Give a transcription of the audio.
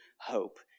hope